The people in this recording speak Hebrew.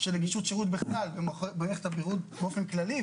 של נגישות שרות בכלל במערכת הבריאות באופן כללי,